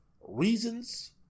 reasons